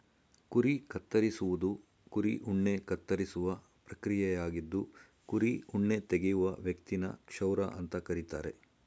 ಕುರಿ ಕತ್ತರಿಸುವುದು ಕುರಿ ಉಣ್ಣೆ ಕತ್ತರಿಸುವ ಪ್ರಕ್ರಿಯೆಯಾಗಿದ್ದು ಕುರಿ ಉಣ್ಣೆ ತೆಗೆಯುವ ವ್ಯಕ್ತಿನ ಕ್ಷೌರ ಅಂತ ಕರೀತಾರೆ